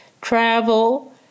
travel